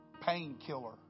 painkiller